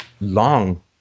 long